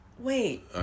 Wait